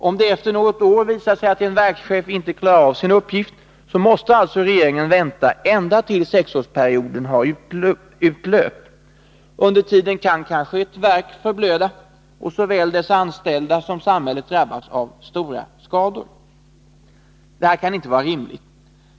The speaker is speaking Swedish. Om det efter något år visar sig att en verkschef inte klarar av sin uppgift, måste alltså regeringen vänta ända tills sexårsperioden har utlöpt. Under tiden kan kanske ett verk förblöda och såväl dess anställda som samhället drabbas av stora skador. Detta kan inte vara rimligt.